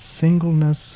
singleness